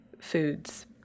foods